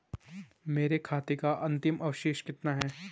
मेरे खाते का अंतिम अवशेष कितना है?